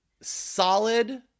solid